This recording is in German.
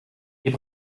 ihr